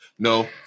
No